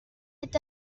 est